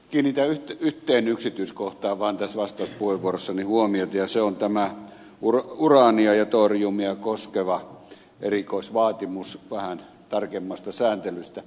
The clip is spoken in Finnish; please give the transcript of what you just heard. kiinnitän yhteen yksityiskohtaan vaan tässä vastauspuheenvuorossani huomiota ja se on tämä uraania ja toriumia koskeva erikoisvaatimus vähän tarkemmasta sääntelystä